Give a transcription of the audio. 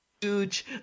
huge